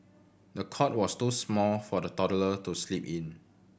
the cot was too small for the toddler to sleep in